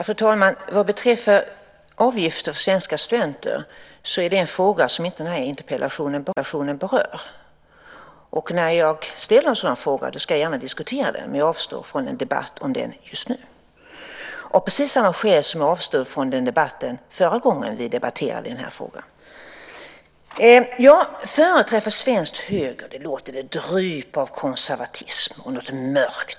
Fru talman! Frågan om avgifter för svenska studenter berörs inte i denna interpellation. När jag ställer en sådan fråga ska jag gärna diskutera den. Men jag avstår från en debatt om den just nu av precis samma skäl som jag avstod från den debatten förra gången som vi debatterade den här frågan. "Företrädare för svensk höger" - det dryper av konservatism och något mörkt.